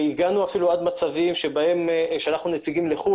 אפילו הגענו למצבים בהם שלחנו נציגים לחוץ